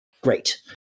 Great